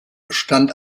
stand